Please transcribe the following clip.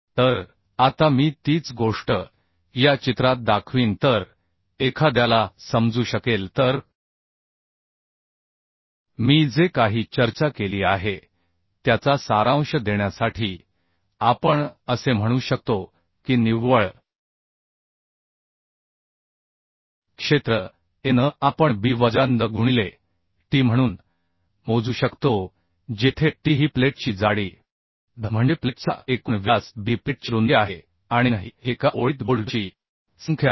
तर आता मी तीच गोष्ट या चित्रात दाखवीन तर एखाद्याला समजू शकेल तर मी जे काही चर्चा केली आहे त्याचा सारांश देण्यासाठी आपण असे म्हणू शकतो की निव्वळ क्षेत्र a n आपण b वजा ndh गुणिले t म्हणून मोजू शकतो जेथे t ही प्लेटची जाडी dh म्हणजे प्लेटचा एकूण व्यास b ही प्लेटची रुंदी आहे आणि n ही एका ओळीत बोल्टची संख्या आहे